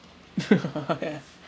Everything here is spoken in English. oh ya